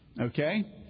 okay